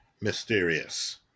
mysterious